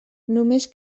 només